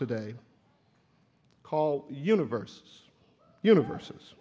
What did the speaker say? today call universe universes